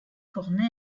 corner